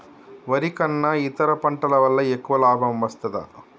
వరి కన్నా ఇతర పంటల వల్ల ఎక్కువ లాభం వస్తదా?